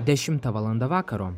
dešimta valanda vakaro